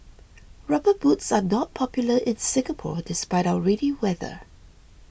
rubber boots are not popular in Singapore despite our rainy weather